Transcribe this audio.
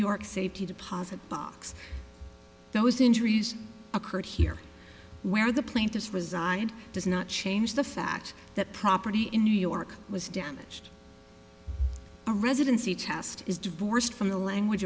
york safety deposit box those injuries occurred here where the plaintiffs reside does not change the fact that property in new york was damaged a residency test is divorced from the language